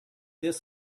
this